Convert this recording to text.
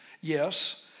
Yes